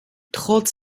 trotz